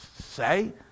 say